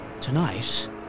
Tonight